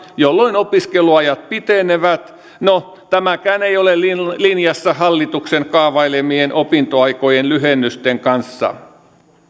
jolloin opiskeluajat pitenevät no tämäkään ei ole linjassa linjassa hallituksen kaavailemien opintoaikojen lyhennysten kanssa